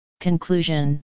conclusion